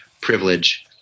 privilege